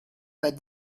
pas